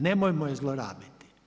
Nemojmo je zlorabiti.